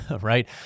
right